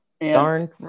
Darn